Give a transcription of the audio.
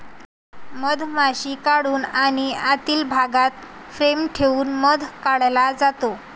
मधमाशी काढून आणि आतील भागात फ्रेम ठेवून मध काढला जातो